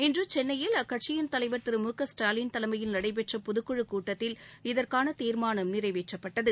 இன்று சென்னையில் அக்கட்சியின் தலைவர் திரு மு க ஸ்டாலின் தலைமையில் நடைபெற்ற பொதுக் குழுக் கூட்டத்தில் இதற்கான தீர்மானம் நிறைவேற்றப்பட்டது